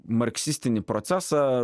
marksistinį procesą